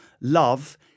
love